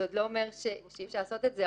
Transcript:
זה עוד לא אומר שאי אפשר לעשות את זה,